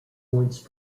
once